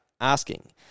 asking